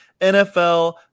NFL